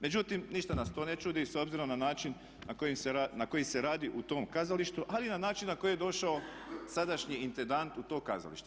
Međutim, ništa nas to ne čudi s obzirom na način na koji se radi u tom kazalištu ali ni na način na koji je došao sadašnji intendant u to kazalište.